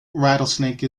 rattlesnake